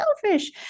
selfish